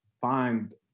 find